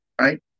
right